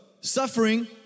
suffering